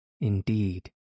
Indeed